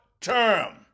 term